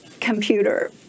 computer